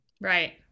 Right